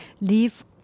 Leave